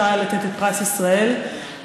אפשר היה לתת את פרס ישראל לאנשים,